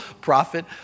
prophet